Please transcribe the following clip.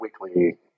weekly